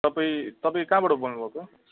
तपाईँ तपाईँ कहाँबाट बोल्नुभएको